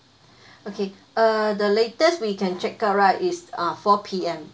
okay uh the latest we can check out right is uh four P_M